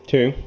Two